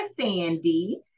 Sandy